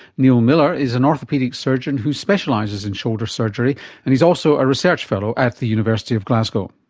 neal millar is an orthopaedic surgeon who specialises in shoulder surgery and he is also a research fellow at the university of glasgow.